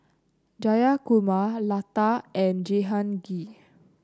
Jayakumar Lata and Jehangirr